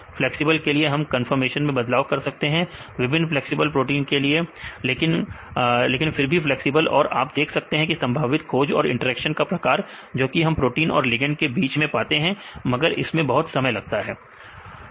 flexible के लिए आप कंफर्मेशन में बदलाव दे सकते हैं विभिन्न फ्लैक्सिबल प्रोटीन के लिए लेकिन भी फ्लैक्सिबल और आप देख सकते हैं संभावित खोज और इंटरेक्शन का प्रकार जो कि हम प्रोटीन और लिगेंड के बीच में पाते हैं मगर इसमें बहुत समय लगता है